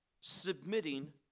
submitting